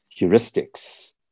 heuristics